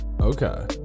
Okay